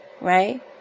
Right